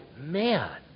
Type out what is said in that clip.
man